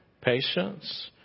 patience